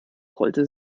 rollte